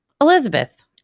Elizabeth